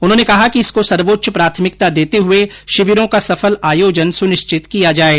उन्होंने कहा कि इसको सर्वोच्च प्राथमिकता देते हये शिविरों का सफल आयोजन सुनिश्चित किया जाये